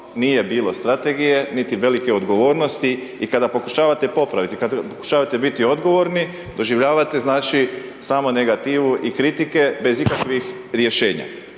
nije bilo strategije, niti velike odgovornosti. I kada pokušavate popraviti, kada pokušavate biti odgovorni, doživljavate znači, samo negativu i kritike bez ikakvih rješenja.